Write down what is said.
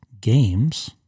games